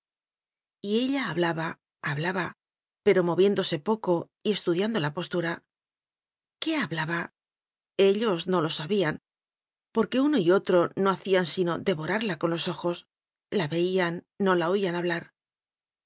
tua y ella hablaba hablaba pero mo viéndose poco y estudiando la postura qué hablaba ellos no lo sabían porque uno y otro no hacían sino devorarla con los ojos la veían no la oíaq hablar